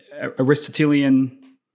Aristotelian